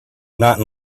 not